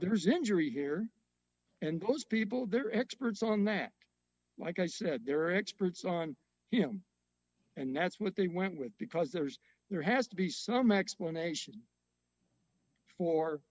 there's injury here and those people that are experts on that like i said there are experts on him and that's what they went with because there's there has to be some explanation for